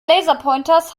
laserpointers